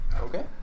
Okay